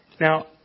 Now